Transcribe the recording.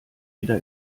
wieder